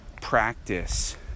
practice